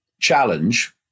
challenge